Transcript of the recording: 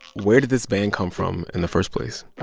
where did this ban come from in the first place?